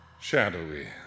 shadowy